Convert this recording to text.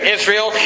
Israel